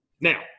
Now